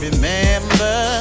Remember